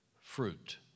fruit